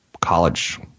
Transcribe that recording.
college